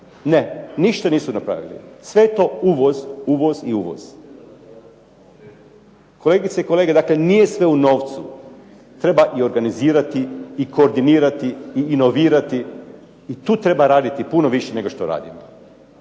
Ne ništa nisu napravili. Sve je to uvoz, uvoz i uvoz. Kolegice i kolege dakle nije sve u novcu, treba i organizirati i koordinirati i inovirati i tu treba raditi puno više nego što radimo.